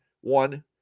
one